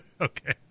Okay